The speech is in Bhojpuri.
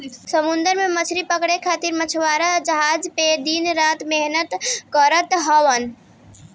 समुंदर में मछरी पकड़े खातिर मछुआरा जहाज पे दिन रात मेहनत करत हवन